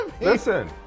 Listen